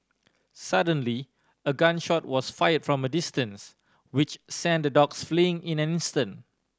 suddenly a gun shot was fired from a distance which sent the dogs fleeing in an instant